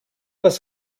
was